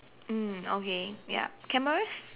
mm okay ya cameras